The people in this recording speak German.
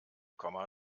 komma